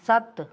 ਸੱਤ